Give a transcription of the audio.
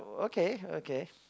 okay okay